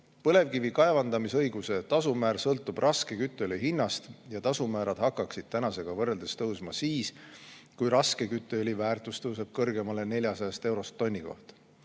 Põlevkivi kaevandamise õiguse tasu määr sõltub raske kütteõli hinnast ja tasumäär hakkaks tänasega võrreldes tõusma siis, kui raske kütteõli väärtus tõuseb kõrgemale 400 eurost tonni kohta.